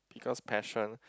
because passion